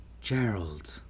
Gerald